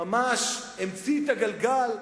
ממש המציא את הגלגל,